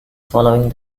following